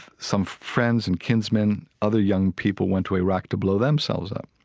some friends and kinsmen, other young people went to iraq to blow themselves up